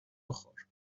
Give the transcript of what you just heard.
بخور